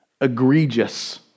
egregious